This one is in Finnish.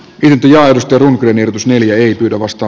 ympyrä on pieni otus neljä ei pyydä vasta